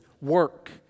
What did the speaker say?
work